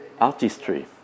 artistry